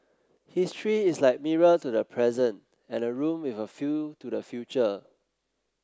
history is like mirror to the present and a room with a view to the future